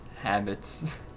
habits